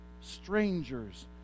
strangers